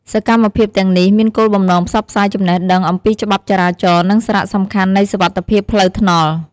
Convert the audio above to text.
សកម្មភាពទាំងនេះមានគោលបំណងផ្សព្វផ្សាយចំណេះដឹងអំពីច្បាប់ចរាចរណ៍ និងសារៈសំខាន់នៃសុវត្ថិភាពផ្លូវថ្នល់។